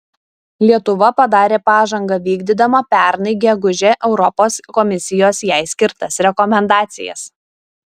lietuva padarė pažangą vykdydama pernai gegužę europos komisijos jai skirtas rekomendacijas